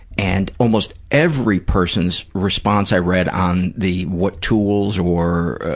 and almost every person's response i read on the what tools or,